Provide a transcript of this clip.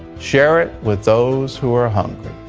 share it with those who are hungry.